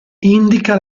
indica